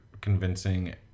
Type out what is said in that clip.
convincing